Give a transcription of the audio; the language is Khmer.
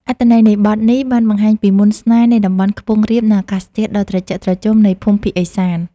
អត្ថន័យនៃបទនេះបានបង្ហាញពីមន្តស្នេហ៍នៃតំបន់ខ្ពង់រាប និងអាកាសធាតុដ៏ត្រជាក់ត្រជុំនៃភូមិភាគឦសាន។